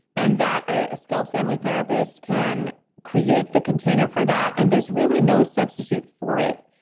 and that a skilled family therapist can create the container for that and there's really no substitute for it.